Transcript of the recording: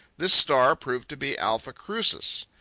this star proved to be alpha crucis.